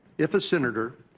if a senator,